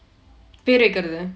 பெரு வைக்கிறதா:peru vaikkirathaa